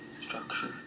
structure